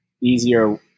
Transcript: easier